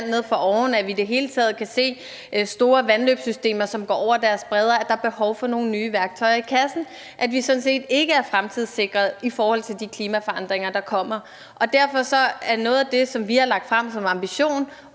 når vi i det hele taget kan se store vandløbssystemer, der går over deres breder, i, at der er behov for nogle nye værktøjer i kassen, og at vi sådan set ikke er fremtidssikret i forhold til de klimaforandringer, der kommer. Derfor er noget af det, vi har lagt frem som ambition